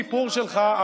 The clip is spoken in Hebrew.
ולכן כל הסיפור שלך,